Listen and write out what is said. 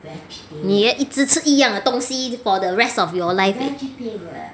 你一直吃一样的东西 for the rest of your life eh